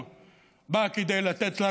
מנהיגות מתחלפת,